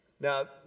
Now